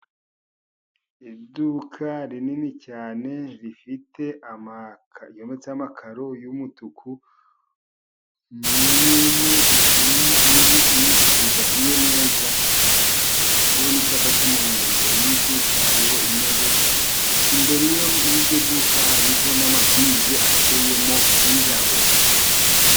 Iduka rinini cyane rifite ryometseho amakaro y'umutuku. Ni umutuku udahiye neza, hariho n'icyapa cy'umuhondo. Imbere y'iduka hariho imodoka, imbere y'iryo duka hariho n'amabize ateyemo indabo.